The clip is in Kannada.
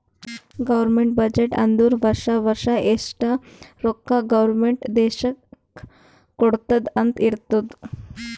ಗೌರ್ಮೆಂಟ್ ಬಜೆಟ್ ಅಂದುರ್ ವರ್ಷಾ ವರ್ಷಾ ಎಷ್ಟ ರೊಕ್ಕಾ ಗೌರ್ಮೆಂಟ್ ದೇಶ್ಕ್ ಕೊಡ್ತುದ್ ಅಂತ್ ಇರ್ತುದ್